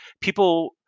People